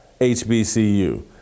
HBCU